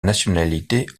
nationalité